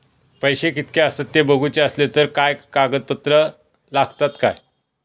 पैशे कीतके आसत ते बघुचे असले तर काय कागद पत्रा लागतात काय?